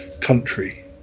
country